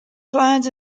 client